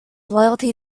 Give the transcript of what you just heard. loyalty